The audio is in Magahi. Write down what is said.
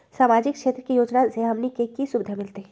सामाजिक क्षेत्र के योजना से हमनी के की सुविधा मिलतै?